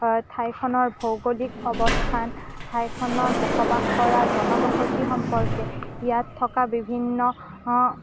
ঠাইখনৰ ভৌগোলিক অৱস্থান ঠাইখনত বসবাস কৰা জনবসতি সম্পৰ্কে ইয়াত থকা বিভিন্ন